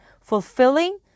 fulfilling